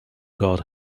guard